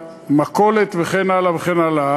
מהמכולת וכן הלאה וכן הלאה.